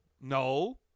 no